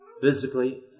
physically